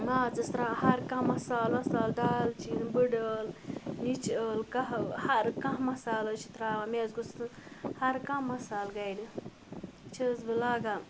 ماژس تراوان ہَر کانٛہہ مصال وَسال دالچیٖن بٔڈٕ ٲلہٕ نِچہِ ٲلہٕ کاہ ہر کانٛہہ مصالہٕ حظ چھِ تراوان مےٚ حظ گوٚژھ نہٕ ہَر کانٛہہ مصالہٕ گَرِ چھَس بہٕ لاگان